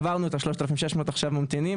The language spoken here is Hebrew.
עברנו את 3,600 הממתינים,